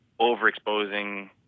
overexposing